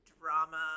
drama